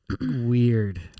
weird